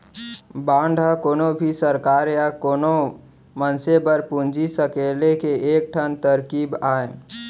bond ह कोनो भी सरकार या कोनो मनसे बर पूंजी सकेले के एक ठन तरकीब अय